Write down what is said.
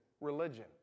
religion